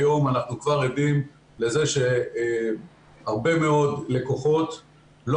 היום אנחנו כבר עדים לזה שהרבה מאוד לקוחות לא